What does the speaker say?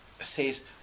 says